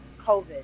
COVID